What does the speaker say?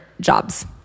jobs